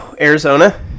Arizona